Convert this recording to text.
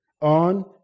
on